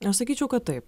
aš sakyčiau kad taip